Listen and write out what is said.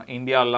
India